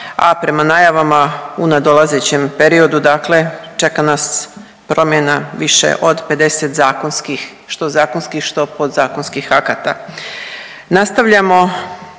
a prema najavama u nadolazećem periodu dakle čeka nas promjena više od 50 zakonskih, što zakonskih što podzakonskih akata.